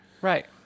Right